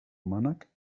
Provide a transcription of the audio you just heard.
mànec